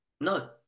No